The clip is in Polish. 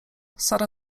sara